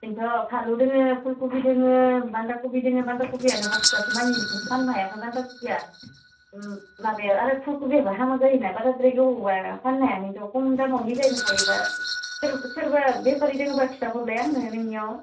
nth' फानलु दोङो फुलखबि दोङो बान्दाखबि दोङो बान्दाखबिआनो बस्थासेमानि फाननो हायाखै बान्दाखबिआ आरो फुलखबिआबो हामा जायोना बाराद्राय गोबावब्ला फाननोहायाखै खम दामाव मिलायनो हायोब्ला सोरबा बेफारि दंब्ला खिथाहरलाय आंनो नोंनियाव